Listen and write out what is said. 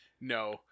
No